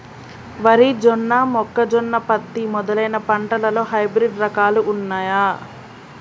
వరి జొన్న మొక్కజొన్న పత్తి మొదలైన పంటలలో హైబ్రిడ్ రకాలు ఉన్నయా?